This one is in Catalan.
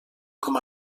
com